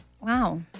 Wow